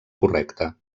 correcta